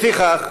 לפיכך,